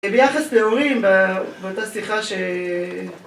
ביחס להורים באותה שיחה ש...